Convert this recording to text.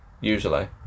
Usually